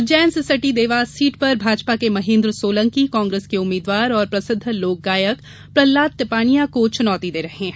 उज्जैन से सटी देवास सीट पर भाजपा के महेंद्र सोलंकी कांग्रेस के उम्मीदवार और प्रसिद्ध लोक गायक प्रहलाद टिपानिया को चुनौती दे रहे हैं